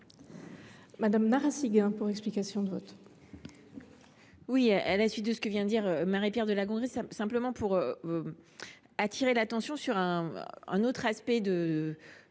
Corinne Narassiguin, pour explication de vote.